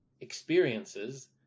experiences